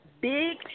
big